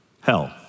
hell